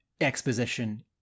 exposition